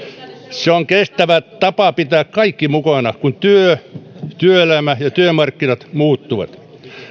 se on kestävä tapa pitää kaikki mukana kun työelämä ja työmarkkinat muuttuvat